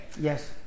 Yes